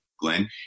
Glenn